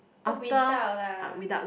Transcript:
oh without lah